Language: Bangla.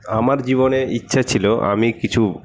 আমার জীবনে ইচ্ছা ছিলো আমি কিছু